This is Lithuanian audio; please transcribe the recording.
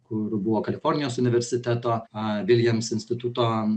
kur buvo kalifornijos universiteto a williams instituto